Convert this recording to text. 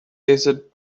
desert